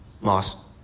Moss